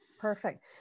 Perfect